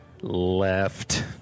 Left